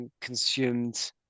consumed